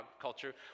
culture